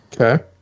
Okay